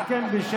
על כן בשקט,